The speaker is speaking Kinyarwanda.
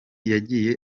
yagiye